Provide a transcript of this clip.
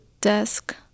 desk